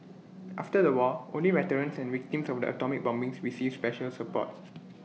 after the war only veterans and victims from the atomic bombings received special support